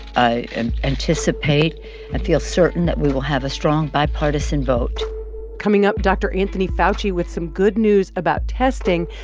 i and anticipate and feel certain that we will have a strong bipartisan vote coming up, dr. anthony fauci with some good news about testing.